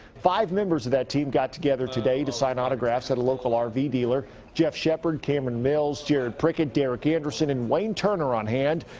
five members of that team got together today to sign autographs at a local r v dealer jeff sheppard, cameron mills, jared prickett, derek anderson and wayne turner on hand.